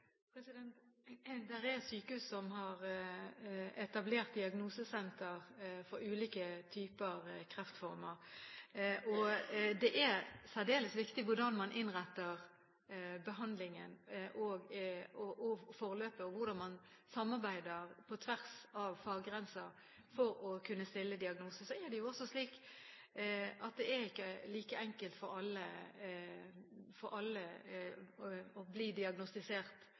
er sykehus som har etablert diagnosesenter for ulike typer kreftformer, og det er særdeles viktig hvordan man innretter behandlingen og forløpet, og hvordan man samarbeider på tvers av faggrenser for å kunne stille diagnose. Så er det også slik at det ikke er like enkelt for alle å bli diagnostisert